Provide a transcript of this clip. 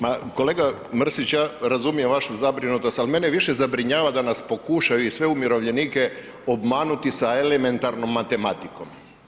Ma kolega Mrsić, ja razumijem vašu zabrinutost ali mene više zabrinjava da nas pokušaju i sve umirovljenike obmanuti sa elementarnom matematikom.